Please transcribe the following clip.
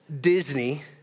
Disney